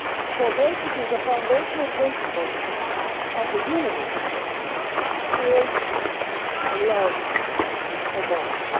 so basically the foundational principle of the universe is love for god,